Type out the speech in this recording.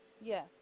Yes